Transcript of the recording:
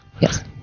Yes